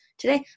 today